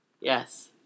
Yes